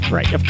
Right